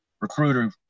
recruiter